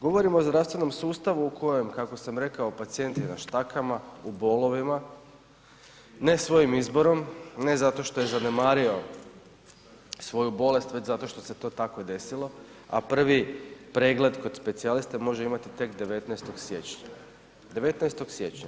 Govorimo o zdravstvenom sustavu u kojem kako sam rekao pacijenti na štakama u bolovima, ne svojim izborom, ne zato što je zanemario svoju bolest već zato što se to tako desilo a prvi pregled kod specijaliste može imati tek 19. siječnja, 19. siječnja.